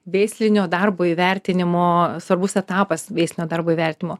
veislinio darbo įvertinimo svarbus etapas veislinio darbo įvertinimo